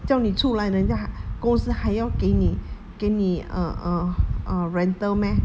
叫你出来人家公司还要给你给你 err err uh rental meh